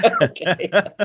Okay